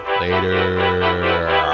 Later